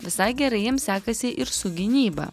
visai gerai jiem sekasi ir su gynyba